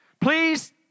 Please